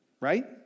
right